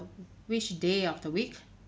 which day of the week